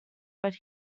but